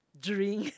drink